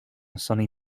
sunny